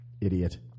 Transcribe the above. Idiot